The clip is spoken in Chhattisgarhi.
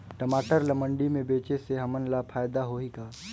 टमाटर ला मंडी मे बेचे से हमन ला फायदा होही का?